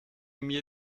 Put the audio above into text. mir